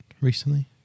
recently